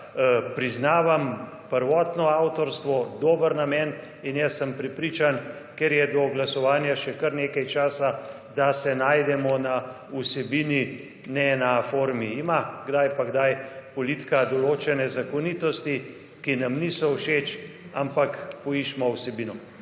priznavam prvotno avtorstvo, dober namen in jaz sem prepričan, ker je do glasovanja še kar nekaj časa, da se najdemo na vsebini ne na formi ima kdaj pa kdaj politika določene zakonitosti, ki nam niso všeč, ampak poiščemo vsebino.